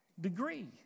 degree